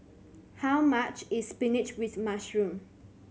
how much is spinach with mushroom